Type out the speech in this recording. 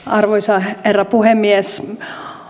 arvoisa herra puhemies